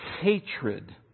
hatred